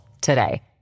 today